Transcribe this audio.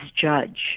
judge